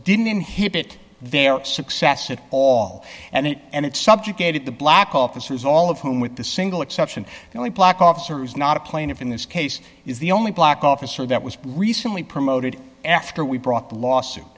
didn't inhibit their success at all and then and it subjugated the black officers all of whom with the single exception the only black officer is not a plaintiff in this case is the only black officer that was recently promoted after we brought the lawsuit